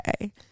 Okay